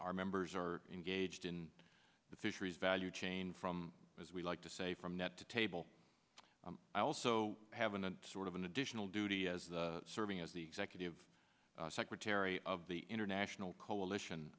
our members are engaged in the fisheries value chain from as we like to say from net to table i also have a sort of an additional duty as the serving as the executive secretary of the international coalition